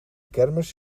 kermis